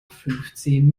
fünfzehn